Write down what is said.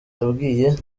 yabwiye